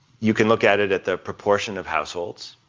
you can look at it at the proportion of households,